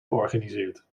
georganiseerd